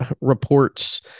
reports